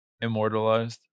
immortalized